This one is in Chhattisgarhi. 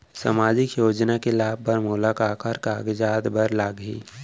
सामाजिक योजना के लाभ बर मोला काखर कागजात बर लागही?